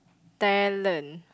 talent